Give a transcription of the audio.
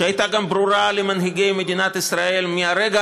שהייתה ברורה גם למנהיגי מדינת ישראל מהרגע